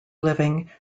living